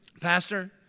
Pastor